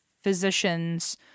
physicians